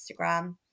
Instagram